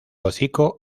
hocico